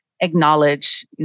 acknowledge